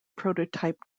prototype